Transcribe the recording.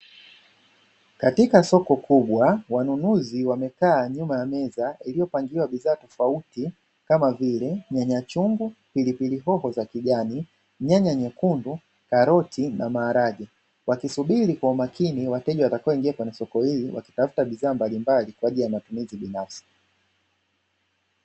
Katika soko kubwa wanunuzi wamekaa nyuma ya meza iliyopangiliwa bidhaa tofauti kama vile, nyanya chungu, pilipili hoho za kijani, nyanya nyekundu, karoti na maharage; wakisubiri kwa umakini wateja watakaoingia kwenye soko hili wakitafuta bidhaa mbalimbali kwa ajili ya matumizi binafsi.